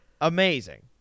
Amazing